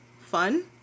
fun